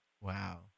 Wow